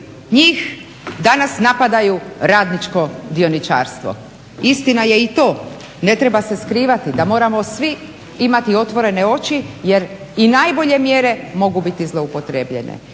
njih danas napadaju radničko dioničarstvo. Istina je i to, ne treba se skrivati da moramo svi imati otvorene oči jer i najbolje mjere mogu biti zloupotrebljene,